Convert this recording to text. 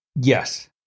yes